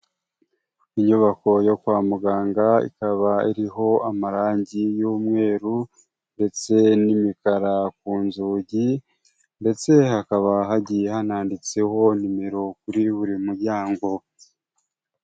Inyubako yo kwa muganga, ikaba iriho amarangi y'umweru ndetse n'imikara ku nzugi ndetse hakaba hagiye hananditseho nimero kuri buri muryango.